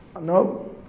no